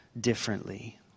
differently